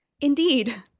Indeed